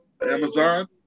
Amazon